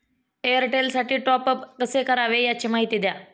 एअरटेलसाठी टॉपअप कसे करावे? याची माहिती द्या